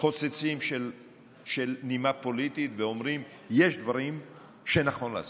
חוצצים של נימה פוליטית ואומרים: יש דברים שנכון לעשות,